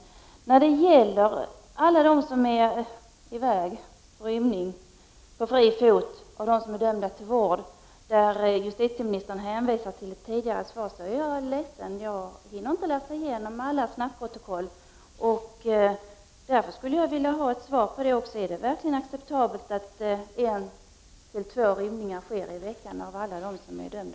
När det gäller alla dem som är på fri fot av dem som är dömda till vård hänvisar justitieministern till ett tidigare svar. Jag är ledsen, men jag hinner inte läsa igenom alla snabbprotokoll. Därför skulle jag vilja ha ett svar på frågan: Är det verkligen acceptabelt att, av alla dem som är dömda till vård, en till två personer i veckan rymmer från anstalterna?